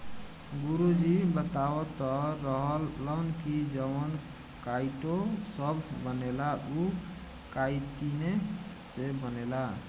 गुरु जी बतावत रहलन की जवन काइटो सभ बनेला उ काइतीने से बनेला